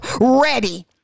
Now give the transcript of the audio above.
ready